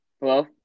Hello